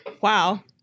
Wow